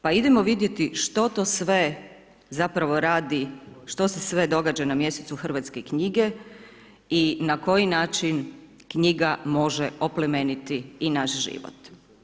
Pa idemo vidjeti što to sve zapravo radi, što se sve događa na mjesecu hrvatske knjige i na koji način knjiga može oplemeniti i naš život.